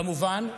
כמובן,